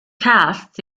castes